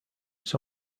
its